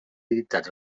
dictat